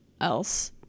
else